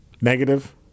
negative